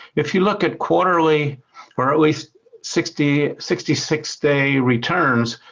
if you look at quarterly or at least sixty sixty six day returns,